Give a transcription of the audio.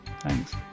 Thanks